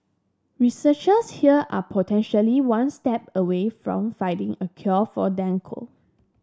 researchers here are potentially one step away from finding a cure for dengue